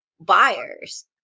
buyers